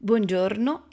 Buongiorno